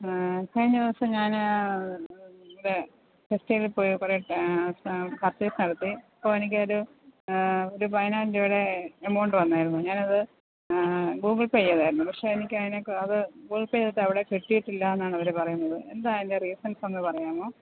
കഴിഞ്ഞദിവസം ഞാൻ ഇവിടെ ടെക്സ്റ്റൈലിൽ പോയി കുറെ പർച്ചേസ് നടത്തി അപ്പോൾ എനിക്ക് ഒരു പയിനായിരം രൂപയുടെ എമൗണ്ട് വന്നായിരുന്നു ഞാനത് ഗൂഗിൾ പേ ചെയ്തായിരുന്നു പക്ഷേ എനിക്ക് അതിനെ കു അത് ഗൂഗിൾ പേ ചെയ്തിട്ട് അവിടെ കിട്ടിയിട്ടില്ലാന്നാണ് അവർ പറയുന്നത് എന്താ അതിൻ്റെ റീസൺസ് ഒന്ന് പറയാമോ